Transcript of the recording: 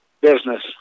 business